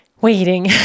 waiting